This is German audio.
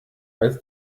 als